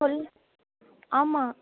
சொல்லுங்கள் ஆமாம்